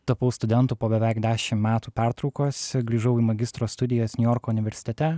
tapau studentu po beveik dešim metų pertraukos grįžau į magistro studijas niujorko universitete